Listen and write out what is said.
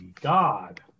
God